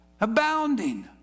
Abounding